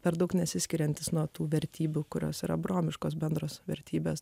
per daug nesiskiriantys nuo tų vertybių kurios abraomiškos bendros vertybės